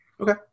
okay